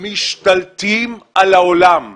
משתלטים על העולם.